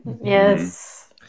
Yes